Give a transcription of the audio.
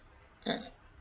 mm